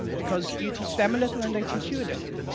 because you teach them a little and they teach you a little.